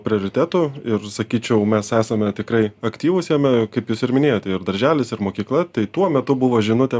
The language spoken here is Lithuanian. prioritetų ir sakyčiau mes esame tikrai aktyvūs jame kaip jūs ir minėjote ir darželis ir mokykla tai tuo metu buvo žinutė